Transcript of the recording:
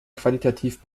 qualitativ